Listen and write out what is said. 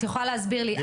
את יכולה להסביר לי,